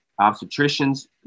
obstetricians